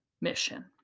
mission